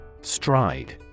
Stride